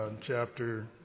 Chapter